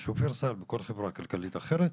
שופרסל וכל חברה כלכלית אחרת,